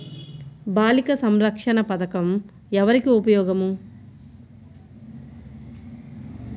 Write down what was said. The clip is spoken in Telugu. బాలిక సంరక్షణ పథకం ఎవరికి ఉపయోగము?